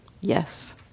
Yes